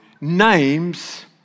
names